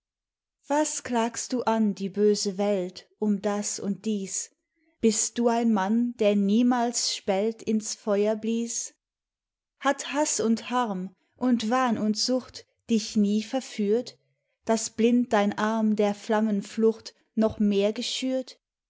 was klagst du an die böse welt um das und dies bist du ein mann der niemals spelt ins feuer blies hat haß und harm und wahn und sucht dich nie verführt daß blind dein arm der flammen flucht noch mehr geschürt